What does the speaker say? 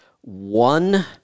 one